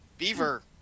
Beaver